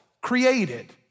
created